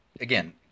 again